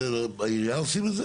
בעירייה עושים את זה.